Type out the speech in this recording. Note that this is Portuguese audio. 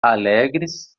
alegres